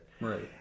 right